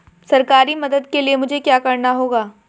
सरकारी मदद के लिए मुझे क्या करना होगा?